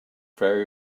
very